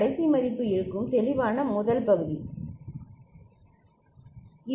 கடைசி மதிப்பு இருக்கும் தெளிவான முதல் பகுதி சரி